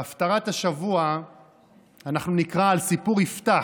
בהפטרת השבוע אנחנו נקרא על סיפור יפתח,